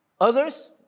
Others